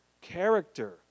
character